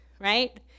right